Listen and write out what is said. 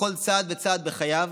בכל צעד וצעד בחייו.